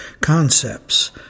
concepts